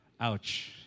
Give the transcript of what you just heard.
Ouch